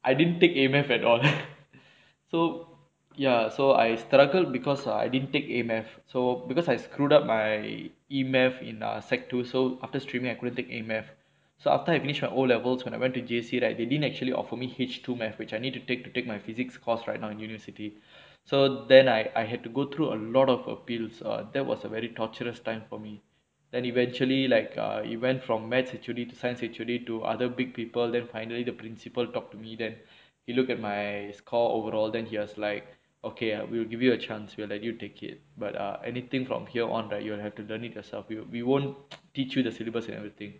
I didn't take a mathematics at all so ya so I struggled because I didn't take a mathematics so because I screwed up my mathematics in secondary two so after streaming I couldn't take a mathematics so after I finish my O levels when I went to J_C right they didn't actually offer me H two mathematics which I need to take to take my physics course right now in university so then I I had to go through a lot of appeals err that was a very torturous time for me then eventually like err it went from mathematics H_O_D to science H_O_D to other big people then finally the principal talk to me then he looked at my score overall then he was like okay I will give you a chance we'll let you take it but err anything from here on that you will have to learn it yourself you we won't teach you the syllabus and everything